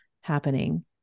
happening